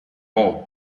bowe